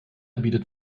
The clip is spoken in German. bietet